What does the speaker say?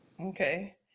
okay